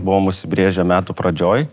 buvom užsibrėžę metų pradžioj